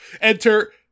Enter